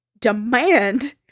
demand